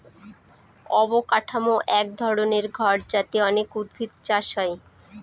অবকাঠামো এক রকমের ঘর যাতে অনেক উদ্ভিদ চাষ হয়